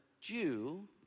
Jew